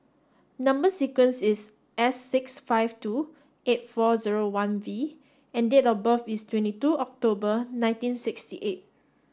number sequence is S six five two eight four zero one V and date of birth is twenty two October nineteen sixty eight